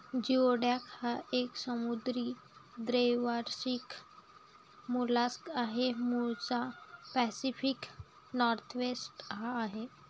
geoduck हा एक समुद्री द्वैवार्षिक मोलस्क आहे, मूळचा पॅसिफिक नॉर्थवेस्ट चा आहे